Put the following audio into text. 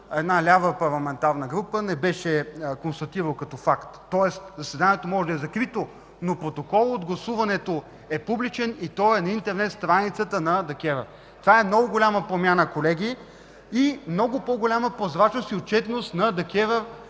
една лява парламентарна група не беше констатирал като факт, тоест заседанието може да е закрито, но протоколът от гласуването е публичен и той е на интернет страницата на ДКЕВР. Това е много голяма промяна, колеги, много по-голяма прозрачност и отчетност на ДКЕВР